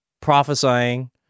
prophesying